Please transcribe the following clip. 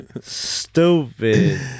stupid